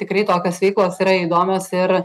tikrai tokios veiklos yra įdomios ir